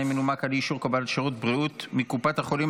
מנומק על אי-אישור קבלת שירות בריאות מקופת חולים),